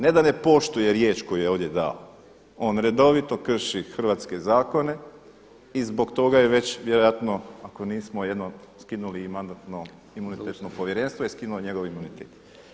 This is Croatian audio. Ne da ne poštuje riječ koju je ovdje dao, on redovito krši hrvatske zakone i zbog toga je već vjerojatno ako nismo jedno skinuli, Mandatno-imunitetno povjerenstvo je skinulo njegov imunitet.